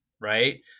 right